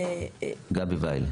גבי וייל.